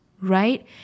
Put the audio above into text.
right